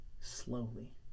slowly